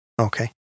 Okay